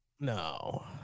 No